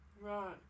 Right